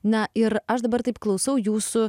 na ir aš dabar taip klausau jūsų